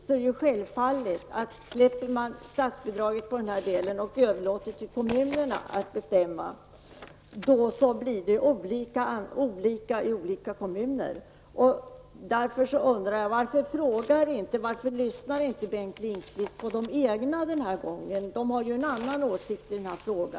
Det är självklart att om man släpper statsbidragen i denna del och överlåter till kommunerna att bestämma blir det på olika sätt i olika kommuner. Därför undrar jag varför Bengt Lindqvist inte frågar och lyssnar på de egna den här gången. De har ju en annan åsikt i denna fråga.